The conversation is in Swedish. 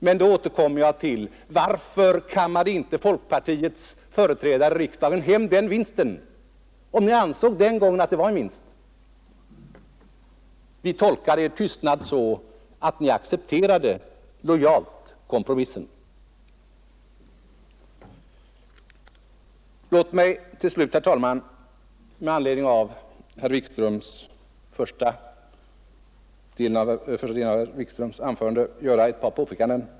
Men då återkommer jag till frågan varför inte folkpartiets företrädare i riksdagen kammade hem den vinsten, om ni den gången ansåg att det fanns en sådan. Vi tolkade er tystnad så, att ni lojalt accepterade kompromissen. Herr talman! Låt mig sedan med anledning av första delen av herr Wikströms anförande göra ett par påpekanden.